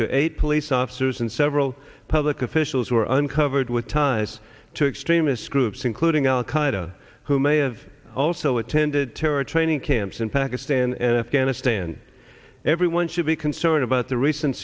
to eight police officers and several public officials were uncovered with ties to extremists groups including al qaida who may have also attended terror training camps in pakistan and afghanistan everyone should be concerned about the recent